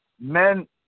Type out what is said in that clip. men